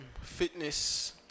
fitness